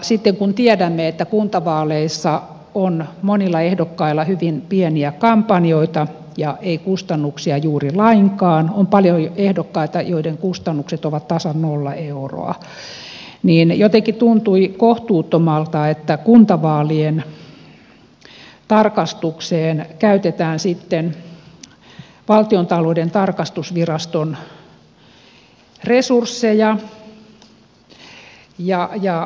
sitten kun tiedämme että kuntavaaleissa on monilla ehdokkailla hyvin pieniä kampanjoita eikä kustannuksia juuri lainkaan on paljon ehdokkaita joiden kustannukset ovat tasan nolla euroa niin jotenkin tuntui kohtuuttomalta että kuntavaalien tarkastukseen käytetään sitten valtiontalouden tarkastusviraston resursseja